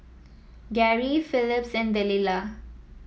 Garry Philip and Delila